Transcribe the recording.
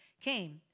came